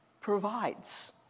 provides